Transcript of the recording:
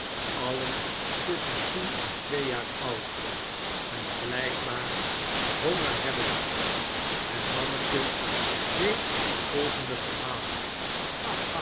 kinderen altem tueschen tden em twee jaar joudi en blijkbaar honger hebbende het manneke deed het volgende verhaal